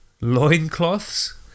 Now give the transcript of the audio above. loincloths